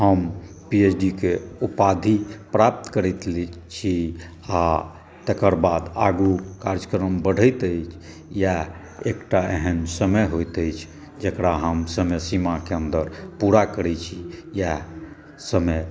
हम पीएचडी के उपाधि प्राप्त करैत छी आ तकरबाद आगू कार्यक्रम बढ़ैत अछि इएह एकटा एहन समय होइत अछि जकरा हम समय सीमा के अन्दर पूरा करै छी इएह समय